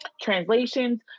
translations